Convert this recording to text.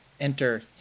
Enter